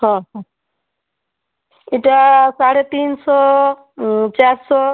ହଁ ହଁ ଏଟା ସାଢ଼େ ତିନିଶହ ଚାରିଶହ